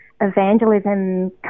evangelism